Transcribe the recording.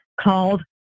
called